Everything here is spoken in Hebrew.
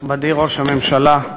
נכבדי ראש הממשלה,